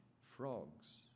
frogs